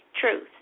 truth